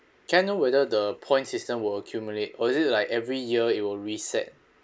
can I know whether the points system will accumulate or is it like every year it will reset